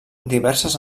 diverses